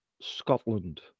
scotland